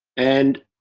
and,